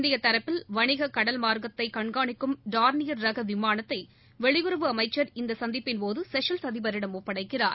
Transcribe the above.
இந்தியதரப்பில் வணிக கடல் மார்க்கத்தைகண்காணிக்கும் டார்னியர் ரகவிமானத்தைவெளியுறவு அமைச்சர் இந்தசந்திப்பின்போது ஷெஷல்ஸ் அதிபரிடம் ஒப்படைக்கிறார்